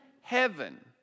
heaven